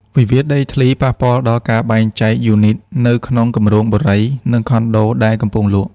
វិវាទដីធ្លីប៉ះពាល់ដល់ការបែងចែកយូនីត នៅក្នុងគម្រោងបុរី និងខុនដូដែលកំពុងលក់។